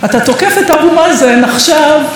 אתה תוקף את אבו מאזן עכשיו,